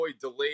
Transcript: delayed